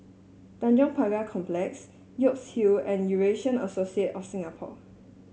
Tanjong Pagar Complex York Hill and Eurasian Associate of Singapore